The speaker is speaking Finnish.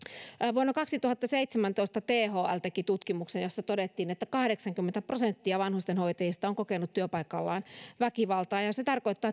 vuonna kaksituhattaseitsemäntoista thl teki tutkimuksen jossa todettiin että kahdeksankymmentä prosenttia vanhustenhoitajista on kokenut työpaikallaan väkivaltaa ja ja se tarkoittaa